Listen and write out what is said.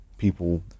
people